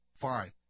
fine